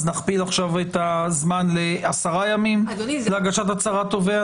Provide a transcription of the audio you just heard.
נכפיל את הזמן לעשרה ימים להגשת הצהרת תובע,